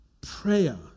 prayer